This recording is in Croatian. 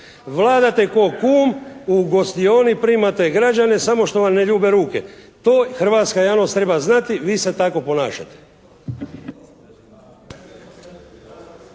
Vladate kao “kum“. U gostioni primate građane samo što vam ne ljube ruke. To hrvatska javnost treba znati. Vi se tako ponašate.